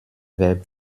verb